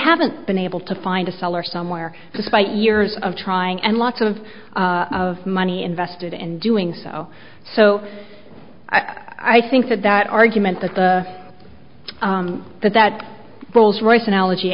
haven't been able to find a seller somewhere despite years of trying and lots of of money invested in doing so so i think that that argument that the that that rolls royce analogy